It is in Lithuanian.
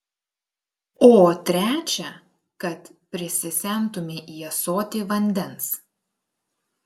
o trečią kad prisisemtumei į ąsotį vandens